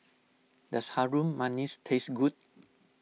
does Harum Manis taste good